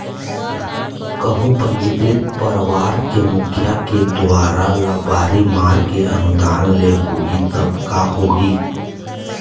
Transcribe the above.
कहूँ पंजीकृत परवार के मुखिया के दुवारा लबारी मार के अनुदान ले होही तब का होही?